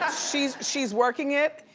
ah she's she's working it,